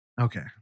Okay